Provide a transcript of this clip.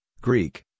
Greek